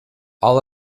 all